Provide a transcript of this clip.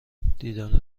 دیدن